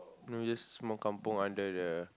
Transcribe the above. no this small kampung under the